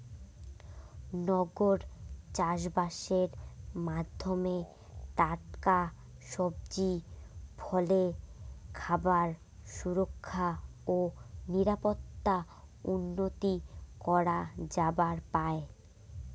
নগর চাষবাসের মাধ্যমে টাটকা সবজি, ফলে খাবার সুরক্ষা ও নিরাপত্তা উন্নতি করা যাবার পায়